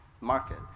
market